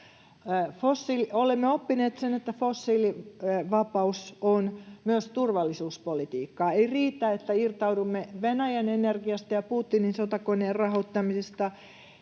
Olemme oppineet, että fossiilivapaus on myös turvallisuuspolitiikkaa. Ei riitä, että irtaudumme Venäjän energiasta ja Putinin sotakoneen rahoittamisesta;